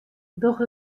doch